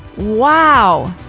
wow!